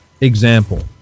Example